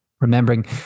Remembering